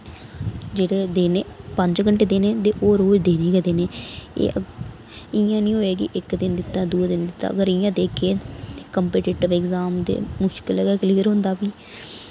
जेह्ड़े देने पंज घैंटे देने ओह् रोज देने गै देने ए इ'यां निं होऐ कि इक दिन दित्ता दूए दिन दित्ता अगर इ'यां देगे कम्पीटीटिव एग्जाम दे मुश्कल गै क्लेअर होंदा फ्ही